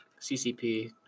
CCP